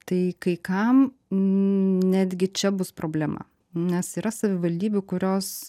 tai kai kam mm netgi čia bus problema nes yra savivaldybių kurios